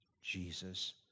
Jesus